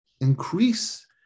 increase